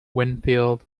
winfield